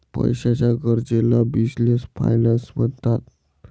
पैशाच्या गरजेला business finance म्हणतात